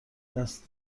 دست